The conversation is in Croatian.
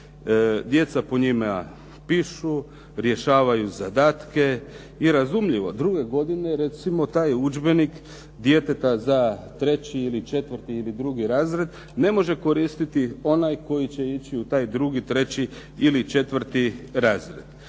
Djeca po njima pišu, rješavaju zadatke i razumljivo druge godine taj udžbenik djeteta za treći ili četvrti ili drugi razred, ne može koristiti onaj koji će ići u taj drugi, treći ili četvrti razred.